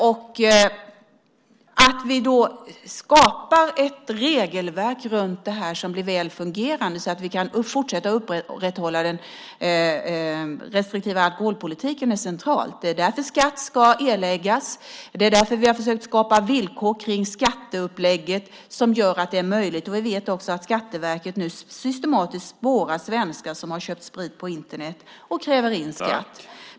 Vi måste skapa ett regelverk runt detta som blir väl fungerande. Att vi kan fortsätta att upprätthålla den restriktiva alkoholpolitiken är centralt. Det är därför skatt ska erläggas. Det är därför vi har försökt att skapa villkor kring skatteupplägget som gör att det är möjligt. Vi vet att Skatteverket nu systematiskt spårar svenskar som har köpt sprit på Internet och kräver in skatt.